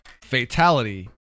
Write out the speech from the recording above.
fatality